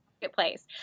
marketplace